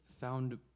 found